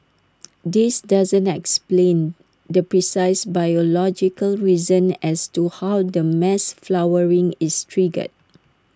this doesn't explain the precise biological reason as to how the mass flowering is triggered